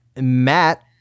Matt